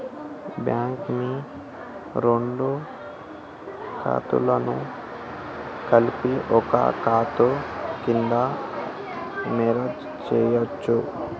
Bank వి రెండు ఖాతాలను కలిపి ఒక ఖాతా కింద మెర్జ్ చేయచ్చా?